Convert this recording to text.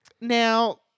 now